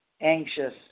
Anxious